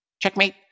checkmate